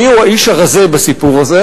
מיהו האיש הרזה בסיפור הזה?